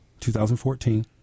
2014